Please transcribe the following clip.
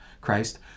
Christ